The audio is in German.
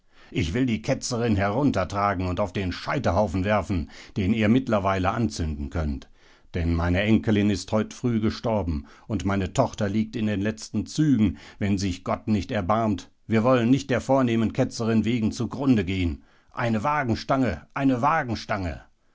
ich will die ketzerin heruntertragen und auf den scheiterhaufen werfen den ihr mittlerweile anzünden könnt denn meine enkelin ist heut früh gestorben und meine tochter liegt in den letzten zügen wenn sich gott nicht erbarmt wir wollen nicht der vornehmen ketzerin wegen zugrunde gehen eine wagenstange eine